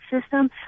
system